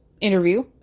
interview